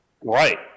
Right